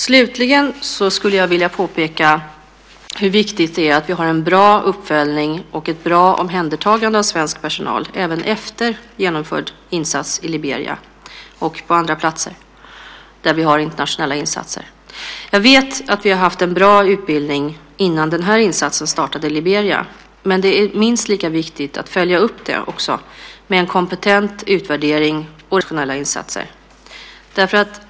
Slutligen skulle jag vilja påpeka hur viktigt det är att vi har en bra uppföljning och ett bra omhändertagande av svensk personal även efter genomförd insats i Liberia och på andra platser där vi har internationella insatser. Jag vet att vi har haft en bra utbildning innan den här insatsen startade i Liberia. Men det är minst lika viktigt att följa upp den med en kompetent utvärdering och reflexion för att i framtiden ytterligare kunna förbättra våra internationella insatser.